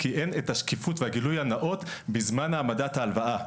כי אין את השקיפות והגילוי הנאות בזמן העמדת ההלוואה.